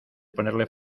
ponerle